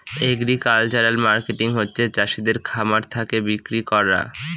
agricultural marketing হচ্ছে চাষিদের খামার থাকে বিক্রি করা